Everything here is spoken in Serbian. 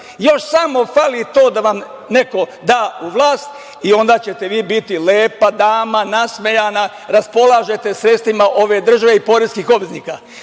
Još samo fali to da vam neko da u vlast i onda ćete vi biti lepa dama nasmejana, raspolažete sredstvima ove države i poreskih obveznika. Vi